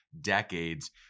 decades